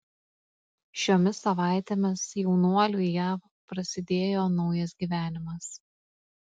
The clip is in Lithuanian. šiomis savaitėmis jaunuoliui jav prasidėjo naujas gyvenimas